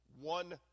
one